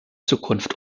zukunft